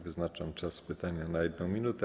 Wyznaczam czas pytania na 1 minutę.